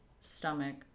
stomach